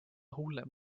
hullem